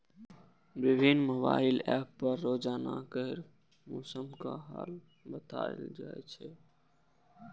विभिन्न mobile app पर रोजाना केर मौसमक हाल बताएल जाए छै